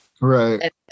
Right